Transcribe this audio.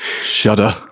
Shudder